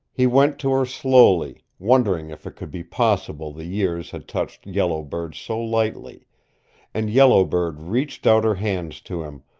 he went to her slowly, wondering if it could be possible the years had touched yellow bird so lightly and yellow bird reached out her hands to him,